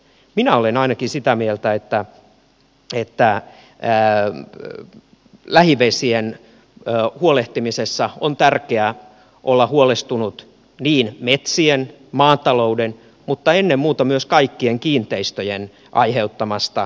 minä olen ainakin sitä mieltä että lähivesien huolehtimisessa on tärkeää olla huolestunut niin metsien maatalouden kuin ennen muuta myös kaikkien kiinteistöjen aiheuttamasta jätevesikuormasta